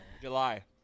July